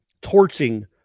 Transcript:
torching